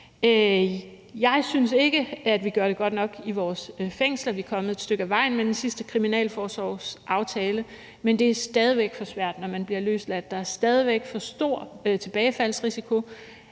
Jeg synes ikke, at vi gør det godt nok i vores fængsler. Vi er kommet et stykke ad vejen med den sidste kriminalforsorgsaftale, men det er stadig væk for svært, når man bliver løsladt. Der er stadig væk for stor tilbagefaldsrisiko.